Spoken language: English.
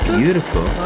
beautiful